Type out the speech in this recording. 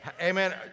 Amen